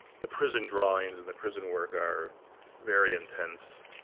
the prison drawings and the prison work are very intense.